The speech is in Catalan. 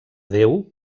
déu